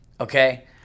Okay